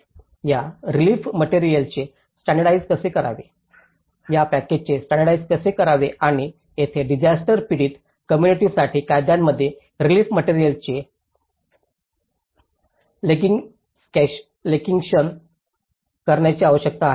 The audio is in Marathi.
या रिलीफ मटेरिअल्सांचे स्टॅण्डर्डाइज्ड कसे करावे या पॅकेजेसचे स्टॅण्डर्डाइज्ड कसे करावे आणि तेथेच डिसास्टर पीडित कोम्मुनिटीांसाठी कायद्यांमध्ये रिलीफ मटेरिअल्सांचे लेगिंस्लॅशन्स करण्याची आवश्यकता आहे